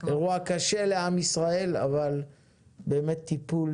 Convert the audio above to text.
זה אירוע קשה לעם ישראל אבל היה באמת טיפול